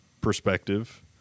perspective